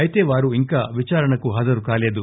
అయితే వారు ఇంకా విచారణకు హాజరు కాలేదు